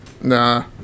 Nah